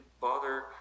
bother